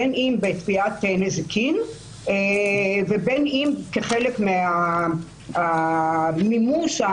בין אם בתביעת נזיקים ובין אם כחלק מהמימוש או